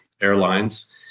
airlines